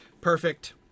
Perfect